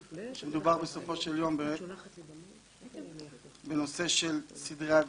שמדובר בסופו של יום בנושא של סדרי עדיפויות.